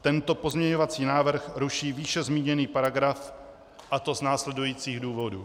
Tento pozměňovací návrh ruší výše zmíněný paragraf, a to z následujících důvodů.